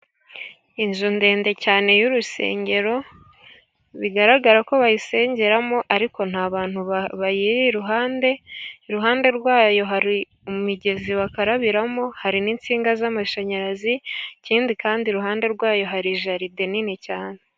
Inzu ndende cyane y'urusengero, bigaragara ko bayisengeramo ariko nta bantu bayiri iruhande, iruhande rwayo hari imigezi bakarabiramo hari n'insinga z'amashanyarazi, ikindi kandi iruhande rwayo hari jaride nini cyane.